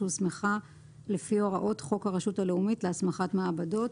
שהוסמכה לפי הוראות חוק הרשות הלאומית להסמכת מעבדות,